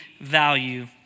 value